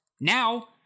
now